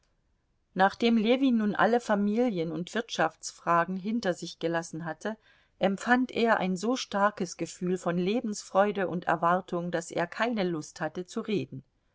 nachdem ljewin nun alle familien und wirtschaftsfragen hinter sich gelassen hatte empfand er ein so starkes gefühl von lebensfreude und erwartung daß er keine lust hatte zu reden